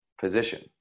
position